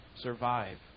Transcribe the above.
survive